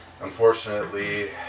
Unfortunately